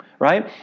right